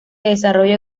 desarrollo